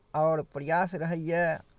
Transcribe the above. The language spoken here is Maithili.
आओर प्रयास रहैए